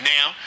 Now